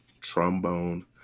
trombone